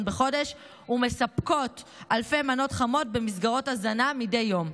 בחודש ומספקות אלפי מנות חמות במסגרות הזנה מדי יום.